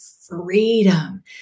freedom